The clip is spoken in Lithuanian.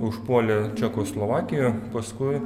užpuolė čekoslovakiją paskui